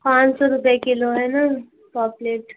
पाँच सौ रुपए किलो है ना पाॅपलेट